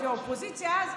האופוזיציה אז,